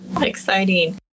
exciting